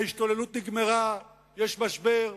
ההשתוללות נגמרה, יש משבר.